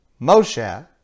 Moshe